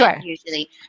usually